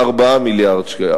4 מיליארד שקלים.